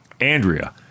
Andrea